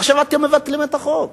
עכשיו אתם מבטלים את החוק.